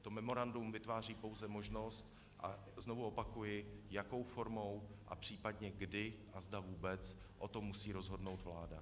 To memorandum vytváří pouze možnost, znovu opakuji, jakou formou a případně kdy a zda vůbec, o tom musí rozhodnout vláda.